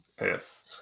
yes